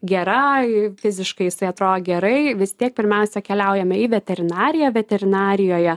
gera fiziškai jisai atrodo gerai vis tiek pirmiausia keliaujame į veterinariją veterinarijoje